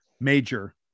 major